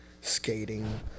skating